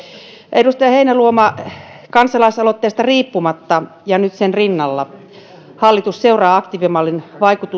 edustaja heinäluoma kansalaisaloitteesta riippumatta ja nyt sen rinnalla hallitus seuraa aktiivimallin